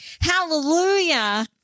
Hallelujah